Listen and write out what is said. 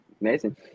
Amazing